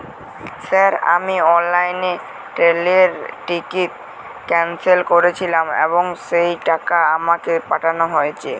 Sir আমি অনলাইনে ট্রেনের টিকিট ক্যানসেল করেছিলাম এবং সেই টাকা আমাকে পাঠানো হয়েছে?